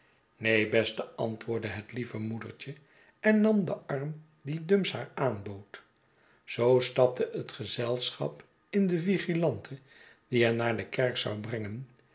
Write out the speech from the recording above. neen beste antwoordde het lieve moedertje en nam den arm dien dumps haar aanbood zoo stapte het gezelschap in de vigilante die hen naar de kerk zou brengen